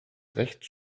recht